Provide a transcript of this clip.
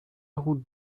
route